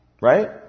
Right